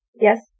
Yes